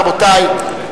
רבותי,